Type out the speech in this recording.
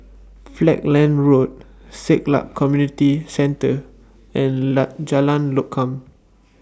Falkland Road Siglap Community Centre and Jalan Lokam